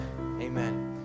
Amen